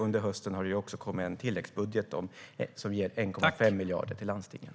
Under hösten har det också kommit en tilläggsbudget som ger 1,5 miljarder till landstingen.